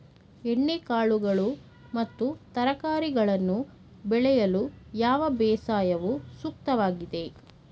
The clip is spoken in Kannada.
ಎಣ್ಣೆಕಾಳುಗಳು ಮತ್ತು ತರಕಾರಿಗಳನ್ನು ಬೆಳೆಯಲು ಯಾವ ಬೇಸಾಯವು ಸೂಕ್ತವಾಗಿದೆ?